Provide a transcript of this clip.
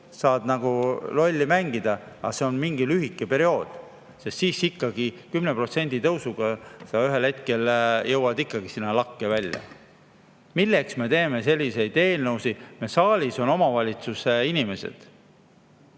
nagu lolli mängida, aga see on lühike periood. Ikkagi 10% tõusuga sa ühel hetkel jõuad lakke välja. Milleks me teeme selliseid eelnõusid? Meie saalis on omavalitsuse inimesed.